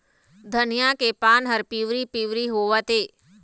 धनिया के पान हर पिवरी पीवरी होवथे?